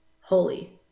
holy